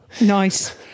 Nice